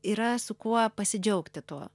yra su kuo pasidžiaugti tuo